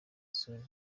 zone